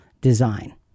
design